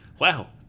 Wow